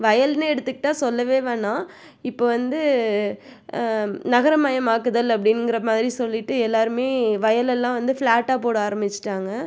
வயல்ன்னு எடுத்துக்கிட்டால் சொல்லவே வேணாம் இப்போ வந்து நகரமயமாக்குதல் அப்படின்ங்கிற மாதிரி சொல்லிவிட்டு எல்லாருமே வயலெல்லாம் வந்து ஃபிளாட்டாக போட ஆரமிச்சிவிட்டாங்க